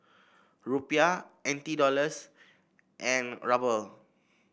Rupiah N T Dollars and Ruble